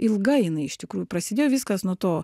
ilga jinai iš tikrųjų prasidėjo viskas nuo to